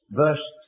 verse